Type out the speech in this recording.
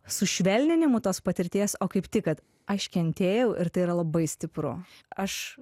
sušvelninimu tos patirties o kaip tik kad aš kentėjau ir tai yra labai stipru aš